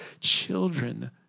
children